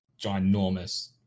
ginormous